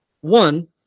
one